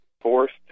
forced